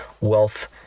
wealth